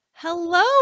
Hello